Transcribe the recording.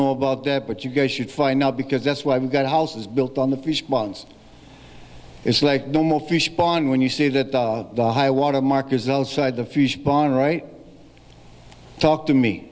about that but you guys should find out because that's why we got houses built on the response it's like normal fish pond when you see that the high water mark results side the fusion pond right talk to me